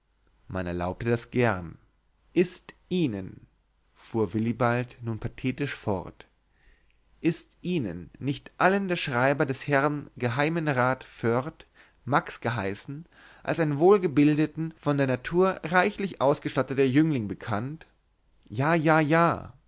man erlaubte das gern ist ihnen fuhr willibald nun pathetisch fort ist ihnen nicht allen der schreiber des herrn geheimen rat foerd max geheißen als ein wohlgebildeten von der natur reichlich ausgestatteter jüngling bekannt ja ja ja